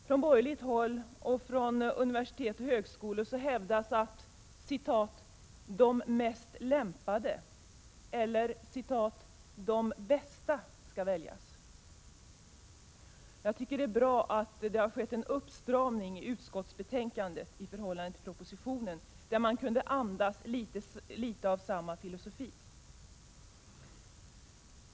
Från borgerligt håll och från universitet och högskolor hävdas att ”de mest lämpade” eller ”de bästa” skall väljas. Jag tycker att det är bra att det har skett en uppstramning i utskottsbetänkandet i förhållande till propositionen, som andades litet av den filosofi jag talat om.